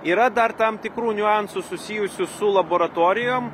yra dar tam tikrų niuansų susijusių su laboratorijom